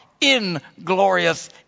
inglorious